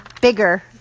bigger